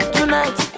Tonight